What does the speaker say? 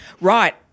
Right